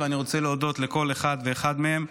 ואני רוצה להודות לכל אחד ואחד מהם.